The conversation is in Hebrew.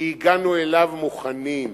כי הגענו אליו מוכנים.